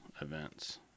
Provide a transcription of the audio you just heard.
events